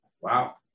Wow